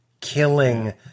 killing